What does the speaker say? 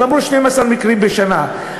אמרו: 12 מקרים בשנה.